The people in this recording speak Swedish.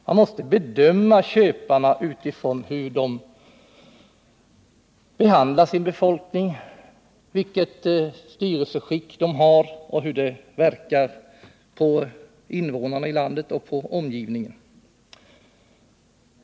Man måste bedöma köparna utifrån deras sätt att behandla sin befolkning, vilket styrelseskick de har och hur det verkar på invånarna i landet och på omgivningen.